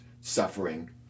suffering